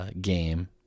game